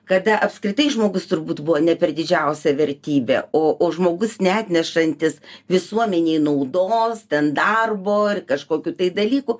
kada apskritai žmogus turbūt buvo ne per didžiausia vertybė o o žmogus neatnešantis visuomenei naudos ten darbo ar kažkokių tai dalykų